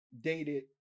dated